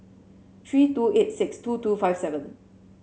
three two eight six two two five seven